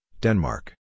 Denmark